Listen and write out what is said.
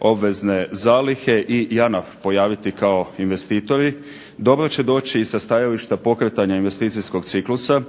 obvezne zalihe i JANAF pojaviti kao investitori dobro će doći i sa stajališta pokretanja investicijskog ciklusa